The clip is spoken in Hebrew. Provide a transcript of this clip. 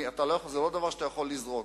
זה לא דבר שאתה יכול לזרוק.